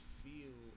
feel